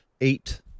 eight